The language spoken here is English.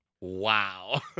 wow